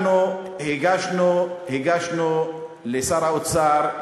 אנחנו הגשנו לשר האוצר,